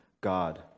God